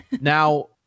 Now